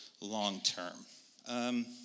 long-term